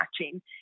matching